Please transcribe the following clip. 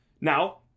Now